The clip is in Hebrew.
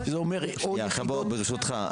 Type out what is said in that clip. זה אומר --- שנייה, בוא, ברשותך.